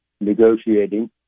negotiating